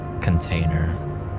container